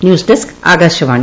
news desk Akashvani